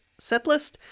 setlist